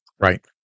right